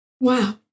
Wow